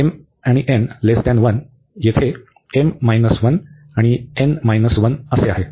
तर येथे हे आणि येथे आहे